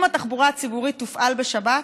אם התחבורה הציבורית תופעל בשבת,